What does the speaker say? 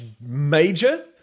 major